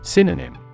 Synonym